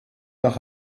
nach